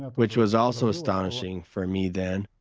which was also astonishing for me then,